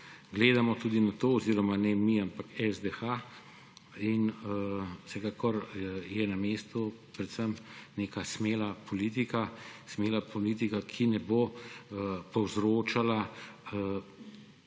gledamo tudi na to; oziroma ne mi, ampak SDH. In vsekakor je na mestu predvsem neka smela politika, smela politika,